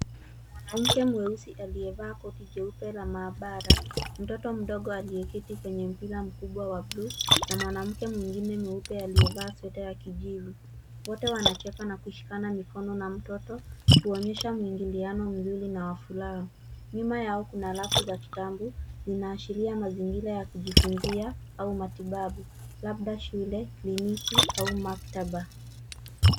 Mwanamke mweusi aliyevaa korti jeupe na maabara, mtoto mdogo aliyeketi kwenye mpira mkubwa wa bluu na mwanamke mwingine mweupe aliyevaa sweta ya kijivu, wote wanacheka na kushikana mikono na mtoto kuonesha mwingiliano mingi na ya furaha. Nyuma yao kuna rafu ya kitabu inayoashiria mazingira ya kujifunzia au matibabu, labda shule, kliniki au maktaba.